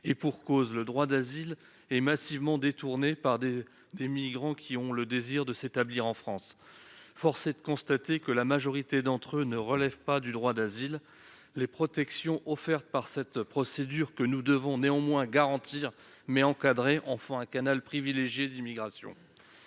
et pour cause : le droit d'asile est massivement détourné par des migrants qui désirent s'établir en France. Or force est de constater que la majorité d'entre eux ne relèvent pas du droit d'asile. Les protections offertes par cette procédure, que nous devons garantir, mais aussi encadrer, en font un canal privilégié d'immigration.